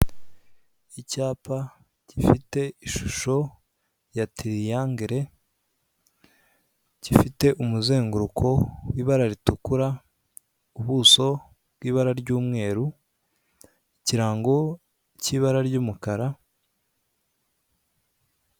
Icyapa gifite ishusho ya tiriyangere gifite umuzenguruko w'ibara ritukura ubuso bw'ibara ry'umweru ikirango cy'ibara ry'umukara.